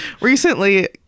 Recently